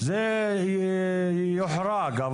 זה יוחרג.